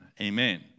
amen